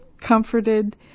comforted